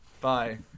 bye